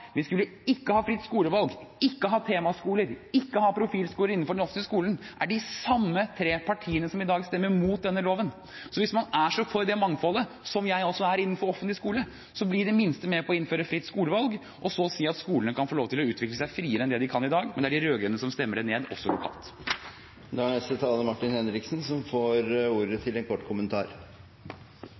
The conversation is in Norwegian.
vi skulle ikke ha fritt skolevalg, ikke ha temaskoler, ikke ha profilskoler innenfor den offentlige skolen – er de samme tre partiene som i dag stemmer imot denne loven. Hvis man er så for det mangfoldet, som jeg også er, innenfor offentlig skole, bli i det minste med på å innføre fritt skolevalg – og si så at skolene kan få utvikle seg friere enn det de kan i dag – men det er de rød-grønne som stemmer det ned, også lokalt. Representanten Martin Henriksen har hatt ordet to ganger tidligere og får ordet til en kort